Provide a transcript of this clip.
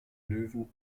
löwen